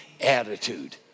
attitude